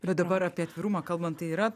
bet dabar apie atvirumą kalbant tai yra